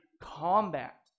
combat